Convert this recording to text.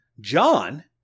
John